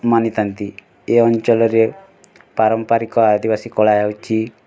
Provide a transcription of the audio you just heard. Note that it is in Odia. ମାନିଥାନ୍ତି ଏ ଅଞ୍ଚଳରେ ପାରମ୍ପାରିକ ଆଦିବାସୀ କଳା ହେଉଛି